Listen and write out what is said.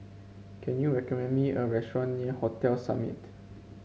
can you recommend me a restaurant near Hotel Summit